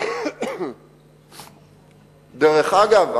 דרך אגב,